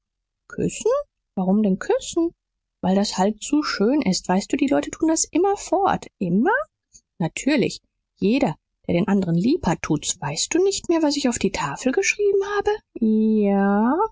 küssen warum denn küssen weil das halt zu schön ist weißt du die leute tun das immerfort immer natürlich jeder der nen andern lieb hat tut's weißt du nicht mehr was ich auf die tafel geschrieben habe